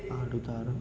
ఆడతారు